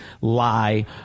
lie